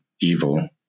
evil